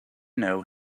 know